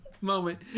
moment